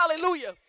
Hallelujah